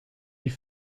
die